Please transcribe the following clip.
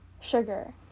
sugar